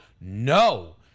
no